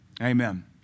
Amen